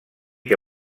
que